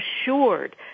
assured